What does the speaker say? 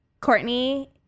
courtney